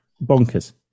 Bonkers